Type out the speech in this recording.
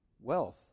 Wealth